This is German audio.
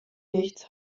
nichts